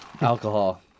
Alcohol